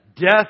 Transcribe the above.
Death